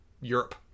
Europe